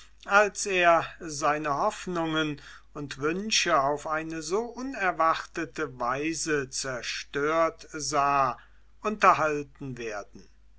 als er seine hoffnungen und wünsche auf eine so unerwartete weise zerstört sah unterhalten werden